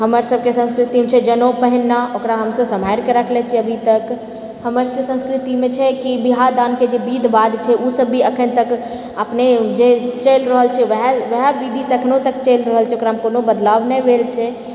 हमर सबके संस्कृतिमे छै जनेउ पहिरना ओकरा हमसब सम्हारिके रखले छियै अभी तक हमर सबके संस्कृतिमे छै कि बियाह दानके जे विध वाध छै ओ सब भी अखन तक अपने जे चलि रहल छै ओएह ओएह विधिसँ एखनो तक चलि रहल छै ओकरामे कोनो बदलाव नहि भेल छै